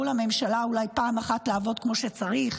לממשלה אולי פעם אחת לעבוד כמו שצריך?